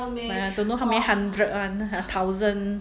!aiya! don't know how many hundred one uh thousand